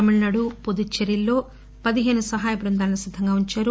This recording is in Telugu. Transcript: తమిళనాడు పుదుచ్చేరిలో పదిహేను సహాయ బృందాలను సిద్దంగా ఉంచారు